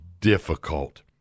difficult